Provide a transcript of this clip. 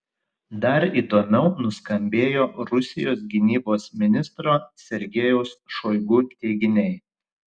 dar įdomiau nuskambėjo rusijos gynybos ministro sergejaus šoigu teiginiai